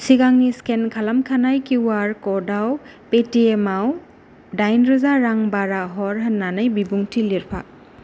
सिगांनि स्केन खालामखानाय किउआर क'डाव पेटिएमाव दाइन रोजा रां बारा हर होन्नानै बिबुंथि लिरफा